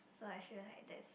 so actually like this